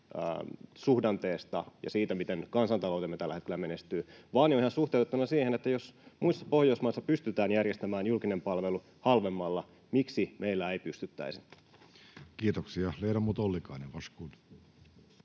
suhdanteesta ja siitä, miten kansantaloutemme tällä hetkellä menestyy — vaan jo ihan suhteutettuna siihen, että jos muissa Pohjoismaissa pystytään järjestämään julkinen palvelu halvemmalla, niin miksi meillä ei pystyttäisi? Kiitoksia. — Ledamot Ollikainen, varsågod.